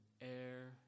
air